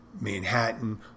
Manhattan